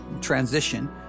transition